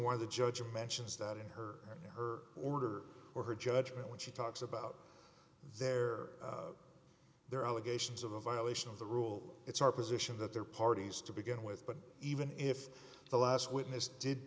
why the judge mentions that in her her order or her judgment when she talks about their their allegations of a violation of the rule it's our position that they're parties to begin with but even if the last witness did